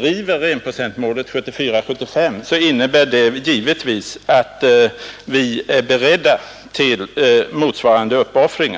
driver enprocentsmålet 1974/75 innebär detta att vi är beredda till motsvarande uppoffringar.